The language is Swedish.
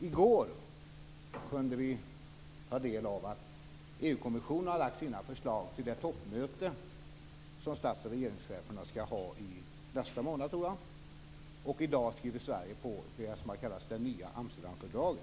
I går fick vi reda på att EU-kommissionen har lagt fram sina förslag till det toppmöte som stats och regeringscheferna skall ha i nästa månad, och i dag skriver Sverige på det som har kallats det nya Amsterdamfördraget.